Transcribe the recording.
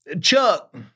Chuck